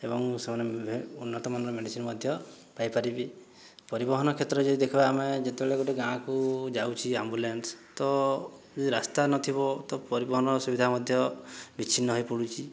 ଏବଂ ସେମାନେ ଉନ୍ନତମାନର ମେଡିସିନ୍ ମଧ୍ୟ ପାଇପାରିବେ ପରିବହନ କ୍ଷେତ୍ରରେ ଯଦି ଦେଖିବା ଆମେ ଯେତେବେଳେ ଗୋଟିଏ ଗାଁକୁ ଯାଉଛି ଆମ୍ବୁଲାନ୍ସ ତ ରାସ୍ତା ଯଦି ନଥିବ ତ ପରିବହନର ସୁବିଧା ମଧ୍ୟ ବିଚ୍ଛିନ୍ନ ହୋଇପଡ଼ୁଛି